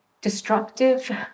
destructive